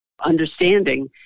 understanding